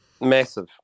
Massive